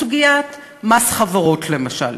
בסוגיית מס חברות למשל,